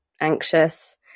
anxious